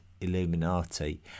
Illuminati